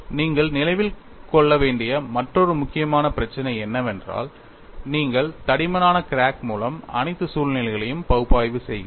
நீங்கள் நினைவில் கொள்ள வேண்டிய மற்றொரு முக்கியமான பிரச்சினை என்னவென்றால் நீங்கள் தடிமனான கிராக் மூலம் அனைத்து சூழ்நிலைகளையும் பகுப்பாய்வு செய்கிறீர்கள்